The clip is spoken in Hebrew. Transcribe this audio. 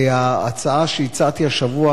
ההצעה שהצעתי השבוע